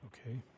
Okay